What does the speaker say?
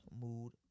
mood